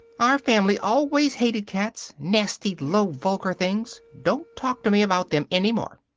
our family always hated cats! nasty, low, vulgar things! don't talk to me about them any more!